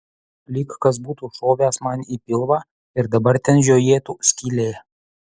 lyg kas būtų šovęs man į pilvą ir dabar ten žiojėtų skylė